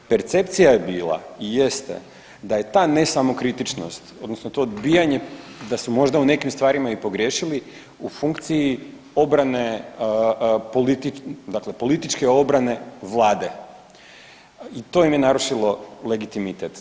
Percepcija je bila i jeste da je ta ne samokritičnost odnosno to odbijanje da su možda u nekim stvarima i pogriješili u funkciji obrane dakle političke obrane vlade i to im je narušilo legitimitet.